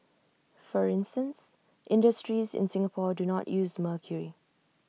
for instance industries in Singapore do not use mercury